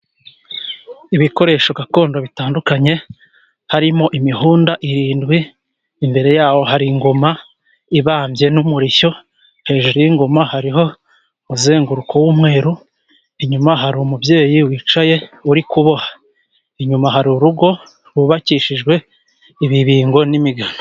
Ibikoresho gakondo bitandukanye, harimo imihunda irindwi, imbere yaho hari ingoma ibambye n'umurishyo, hejuru y'ingoma hariho umuzenguruko w'umweru, inyuma hari umubyeyi wicaye uri kuboha. Inyuma hari urugo rwubakishijwe ibibingo n'imigano.